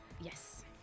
Yes